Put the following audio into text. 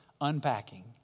unpacking